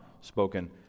spoken